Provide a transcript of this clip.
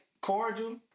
cordial